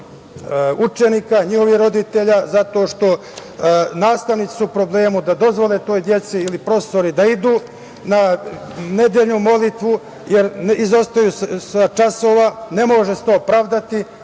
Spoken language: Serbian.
učenika, njihovih roditelja, zato što su nastavnici u problemu da dozvole toj deci ili profesori da idu na nedeljnu molitvu, jer izostaju sa časova, ne može se to pravdati,